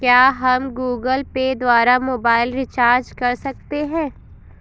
क्या हम Google Pay द्वारा मोबाइल रिचार्ज कर सकते हैं?